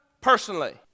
personally